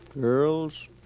girls